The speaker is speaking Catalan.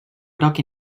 groc